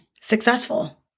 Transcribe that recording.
successful